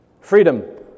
Freedom